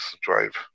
drive